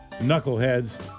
knuckleheads